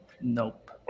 Nope